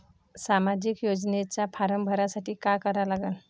सामाजिक योजनेचा फारम भरासाठी का करा लागन?